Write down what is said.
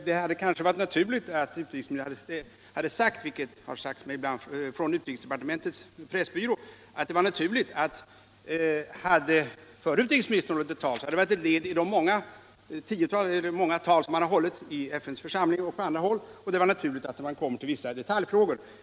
Det hade kanske varit naturligt att utrikesministern hade framhållit — vilket har sagts mig från utrikesdepartementets pressbyrå — att hade förre utrikesministern hållit ett tal, så hade det varit ett led i de många tal som han har hållit i FN:s församling och på andra håll, och att det var rimligt att han hade berört vissa detaljfrågor.